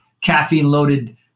caffeine-loaded